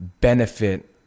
benefit